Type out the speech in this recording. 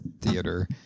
theater